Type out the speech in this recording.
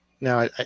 now